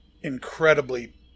incredibly